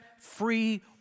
free